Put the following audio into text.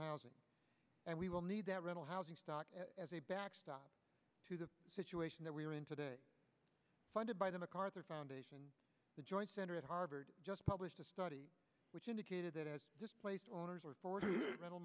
housing and we will need that rental housing stock as a backstop to the situation that we're in today funded by the macarthur foundation the joint center at harvard just published a study which indicated that as placed orders are